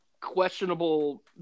questionable